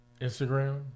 Instagram